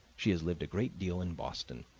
she has lived a great deal in boston,